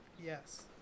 yes